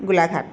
Golaghat